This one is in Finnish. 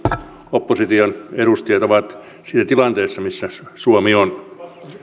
opposition edustajat ovat siitä tilanteesta missä suomi on